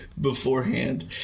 beforehand